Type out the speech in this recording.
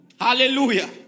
Hallelujah